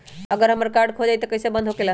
अगर हमर कार्ड खो जाई त इ कईसे बंद होकेला?